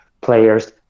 players